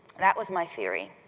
that was my theory,